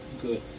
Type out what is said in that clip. good